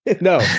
no